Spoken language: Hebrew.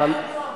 רעיון טוב.